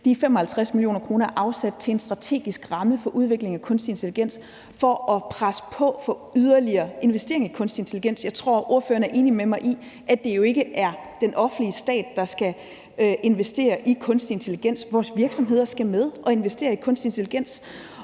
De 55 mio. kr. er afsat til en strategisk ramme for udvikling af kunstig intelligens for at presse på for yderligere investeringer i kunstig intelligens. Jeg tror, at ordføreren er enig med mig i, at det jo ikke er den offentlige stat, der skal investere i kunstig intelligens. Vores virksomheder skal med og investere i kunstig intelligens,